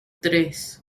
tres